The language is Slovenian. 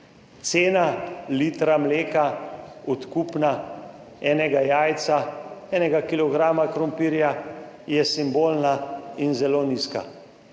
Cena litra mleka odkupna, enega jajca, 1. kilograma krompirja je simbolna in zelo nizka.